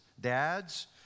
dads